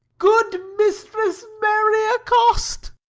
good mistress mary accost